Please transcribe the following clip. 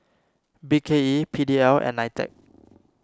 B K E P D L and Nitec